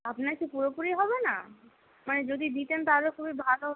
আপনার কি পুরোপুরি হবে না মানে যদি দিতেন তাহলে খুবই ভালো